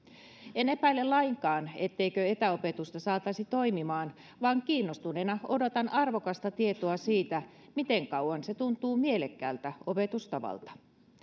en epäile lainkaan etteikö etäopetusta saataisi toimimaan vaan kiinnostuneena odotan arvokasta tietoa siitä miten kauan se tuntuu mielekkäältä opetustavalta